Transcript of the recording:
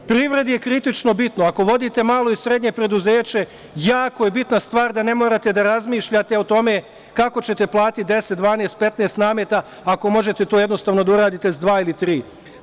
Privredi je kritično bitno, ako vodite malo i srednje preduzeće, jako je bitna stvar da ne morate da razmišljate o tome kako ćete platiti 10, 12, 15 nameta ako možete to jednostavno da uradite sa dva ili tri.